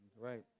Right